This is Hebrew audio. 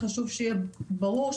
חשוב שיהיה ברור,